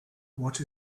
what